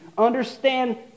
understand